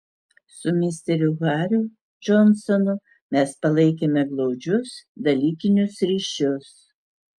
su misteriu hariu džonsonu mes palaikėme glaudžius dalykinius ryšius